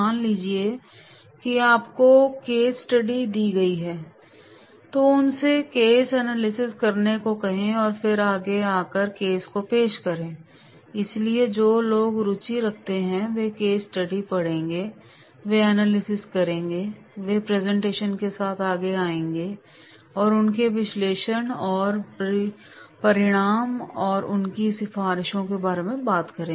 मान लीजिए कि आपको केस स्टडी दी गई है तो उनसे केस एनालिसिस करने को कहें और फिर आगे आकर केस को पेश करें इसलिए जो लोग रुचि रखते हैं वे केस स्टडी पढ़ेंगे वे एनालिसिस करेंगे और वे प्रेजेंटेशन के साथ आगे आएंगे और उनके विश्लेषण और परिणाम और उनकी सिफारिशें